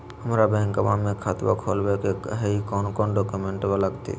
हमरा बैंकवा मे खाता खोलाबे के हई कौन कौन डॉक्यूमेंटवा लगती?